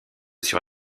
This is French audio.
sur